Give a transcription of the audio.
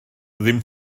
ddim